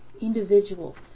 individuals